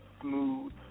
Smooth